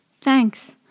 Thanks